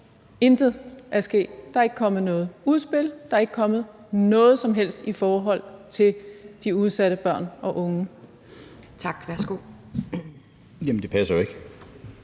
intet er sket? Der er ikke kommet noget udspil, der er ikke kommet noget som helst i forhold til de udsatte børn og unge.